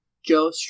Joe